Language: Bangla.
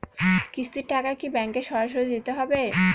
কিস্তির টাকা কি ব্যাঙ্কে সরাসরি দিতে হবে?